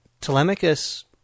Telemachus